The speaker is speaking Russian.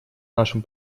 нашем